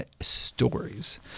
stories